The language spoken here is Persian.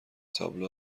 تابلو